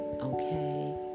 okay